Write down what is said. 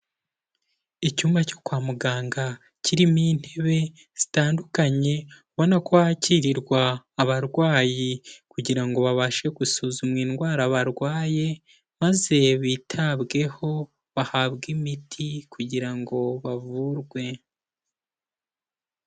Icyumba cyo kwa muganga kirimo intebe zitandukanye ubona ko hakirirwa abarwayi kugira ngo babashe gusuzumwa indwara barwaye maze bitabweho bahabwe imiti kugira ngo bavurwe.